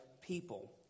people